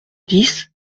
dix